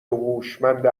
هوشمند